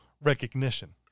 recognition